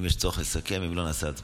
אם יש צורך, נסכם, ואם לא, נעשה הצבעה.